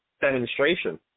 demonstration